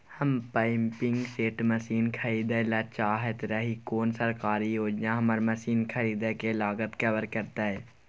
हम pumping set machine खरीदैय ल चाहैत रही कोन सरकारी योजना हमर मसीन खरीदय के लागत कवर करतय?